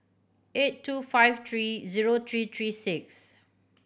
eight two five three zero three three six